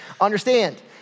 Understand